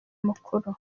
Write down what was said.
mukuru